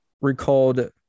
recalled